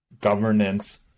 governance